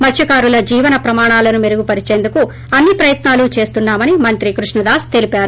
మత్స్కారుల జీవన ప్రమాణాలను మెరుగుపరిచేందుకు అన్ని ప్రయత్నాలు చేస్తున్నా మని మంత్రి కృష్ణదాస్ తెలిపారు